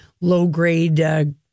low-grade